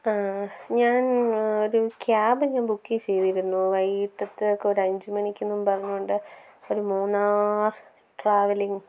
ഞാൻ ഒരു cab book ചെയ്തിരുന്നു വൈകിട്ടത്തേക്ക് ഒരു അഞ്ചു മണിക്കെന്നും പറഞ്ഞുകൊണ്ട് ഒരു മൂന്നാർ ട്രാവലിംഗ്